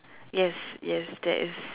yes yes that is